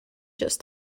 just